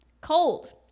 cold